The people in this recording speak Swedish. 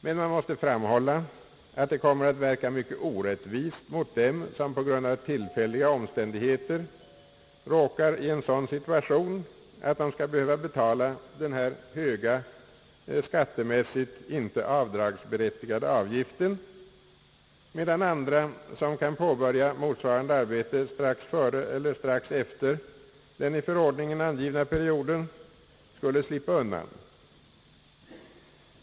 Men det måste framhållas, att det kommer att verka mycket orättvist mot dem, som på grund av tillfälliga omständigheter råkar i en sådan situation, att de skall behöva betala denna höga, skattemässigt icke avdragsberättigade avgift, medan andra som kan påbörja motsvarande arbete strax före eller strax efter den i förordningen angivna perioden skulle slippa undan.